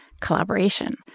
collaboration